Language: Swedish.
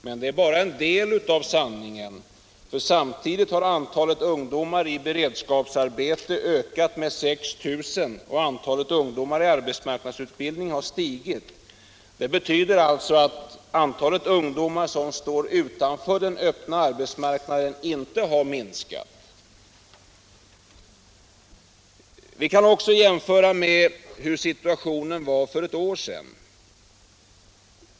Men det är bara en del av sanningen, = regionalpolitik för samtidigt har antalet ungdomar i beredskapsarbete ökat med 6 000 och antalet ungdomar i arbetsmarknadsutbildning stigit. Det betyder alltså att antalet ungdomar som står utanför den öppna arbetsmarknaden inte har minskat. Vi kan också jämföra med situationen för ett år sedan.